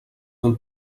del